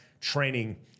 training